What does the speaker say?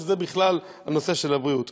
שזה בכלל הנושא של הבריאות.